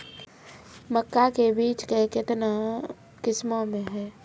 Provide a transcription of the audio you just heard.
मक्का के बीज का कितने किसमें हैं?